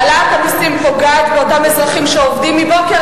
העלאת המסים פוגעת באותם אזרחים שעובדים מבוקר